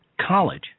College